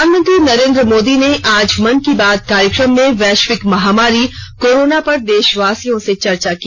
प्रधानमंत्री नरेन्द्र मोदी ने आज मन की बात कार्यक्रम में वैष्विक महामारी कोरोना पर देषवासियों से चर्चा की